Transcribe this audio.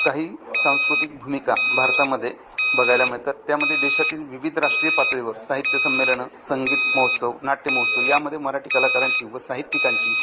काही सांस्कृतिक भूमिका भारतामध्ये बघायला मिळतात त्यामध्ये देशातील विविध राष्ट्रीय पातळीवर साहित्यसंमेलनं संगीत महोत्सव नाट्यमहोत्सव यामध्ये मराठी कलाकारांची व साहित्यिकांची